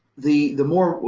the the more.